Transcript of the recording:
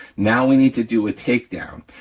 now we need to do a takedown,